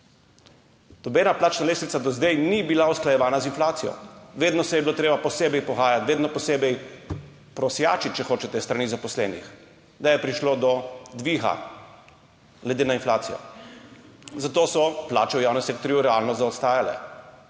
Nobena plačna lestvica do zdaj ni bila usklajevana z inflacijo, vedno se je bilo treba posebej pogajati, vedno posebej prosjačiti, če hočete, s strani zaposlenih, da je prišlo do dviga glede na inflacijo, zato so plače v javnem sektorju realno zaostajale